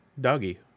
doggy